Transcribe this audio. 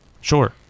Sure